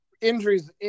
injuries